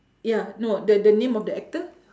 yeah no the the name of the actor